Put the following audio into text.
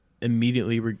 immediately